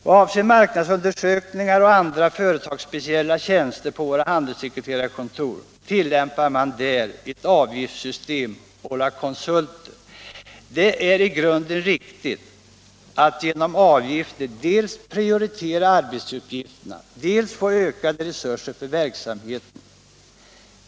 Vad avser marknadsundersökningar och andra företags speciella tjänster på våra handelssekreterarkontor tillämpar man där ett avgiftssystem å la konsultverksamhet. Det är i grunden riktigt att genom avgifter dels få möjlighet att prioritera arbetsuppgifterna, dels få ökade resurser för verksamheten.